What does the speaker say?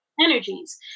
energies